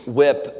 whip